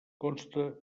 consta